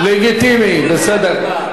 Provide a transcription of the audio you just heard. לגיטימי, בסדר.